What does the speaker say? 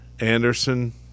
Anderson